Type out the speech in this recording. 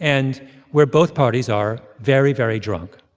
and where both parties are very, very drunk.